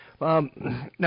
Now